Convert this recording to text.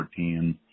2014